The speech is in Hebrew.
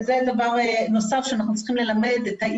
כמוש נאמר כאן קודם,